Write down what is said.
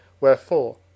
Wherefore